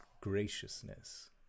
graciousness